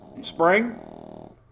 spring